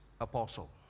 apostle